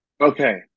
Okay